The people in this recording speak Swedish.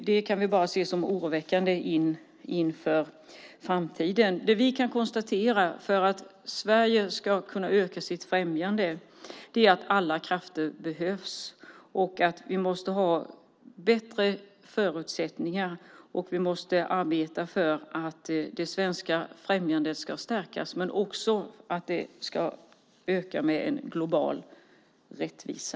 Det kan vi bara se som oroväckande inför framtiden. För att Sverige ska kunna öka sitt främjande kan vi konstatera att alla krafter behövs och att vi måste ha bättre förutsättningar. Vi måste arbeta för att det svenska främjandet ska stärkas men också för att det ska öka med global rättvisa.